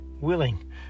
willing